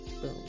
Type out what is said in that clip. boom